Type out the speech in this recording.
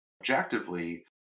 objectively